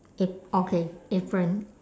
it okay apron